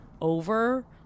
over